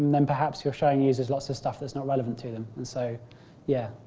then perhaps you are showing users lots of stuff that is not relevant to them. and so yeah